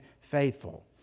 faithful